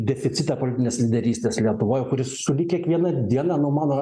deficitą politinės lyderystės lietuvoj sulig kiekviena diena nu mano